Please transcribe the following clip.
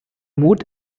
mut